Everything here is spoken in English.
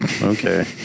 okay